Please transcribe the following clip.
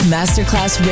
Masterclass